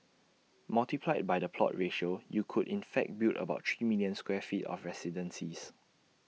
multiplied by the plot ratio you could in fact build about three million square feet of residences